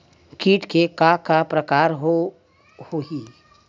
कीट के का का प्रकार हो होही?